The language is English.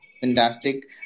fantastic